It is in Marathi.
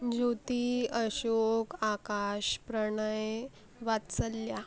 ज्योती अशोक आकाश प्रणय वात्सल्या